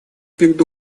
перед